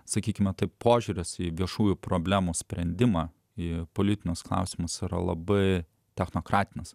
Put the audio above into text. sakykime taip požiūris į viešųjų problemų sprendimą į politinius klausimus yra labai technokratiškas